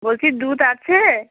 বলছি দুধ আছে